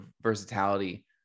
versatility